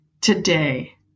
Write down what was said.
today